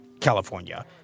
California? —